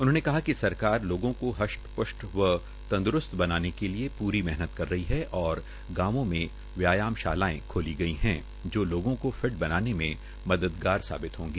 उन्होंने कहा कि सरकार लोगों को हस्टप्स्ट व तंदरूस्त बनाने के लिए प्री मेहनत कर रही है और गांवों मे व्यायाम शालाएं खोली गई है जो लोगों को फिट बनाने में मददगार साबित होगी